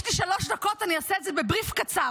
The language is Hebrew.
יש לי שלוש דקות, אני אעשה את זה בבריף קצר.